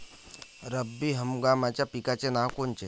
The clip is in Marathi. रब्बी हंगामाच्या पिकाचे नावं कोनचे?